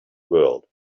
world